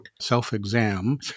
self-exam